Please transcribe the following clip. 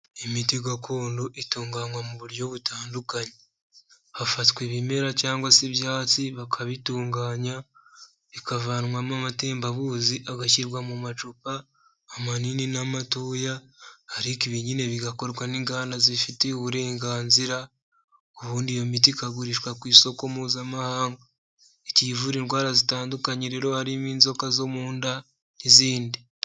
Imiti gakondo itunganywa mu buryo butandukanye, hafatwa ibimera cyangwa se ibyatsi bakabitunganya, bikavanwamo amatembabuzi agashyirwa mu macupa, amanini n'amatoya, ariko ibi nyine bigakorwa n'inganda zibifitiye uburenganzira, ubundi iyo miti ikagurishwa ku isoko Mpuzamahanga, igiye ivura indwara zitandukanye rero harimo inzoka zo mu nda n'izindi.